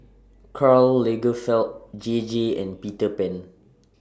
Karl Lagerfeld J J and Peter Pan